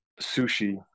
Sushi